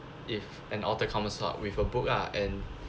if an outer commerce start with a book ah and